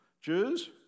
Jews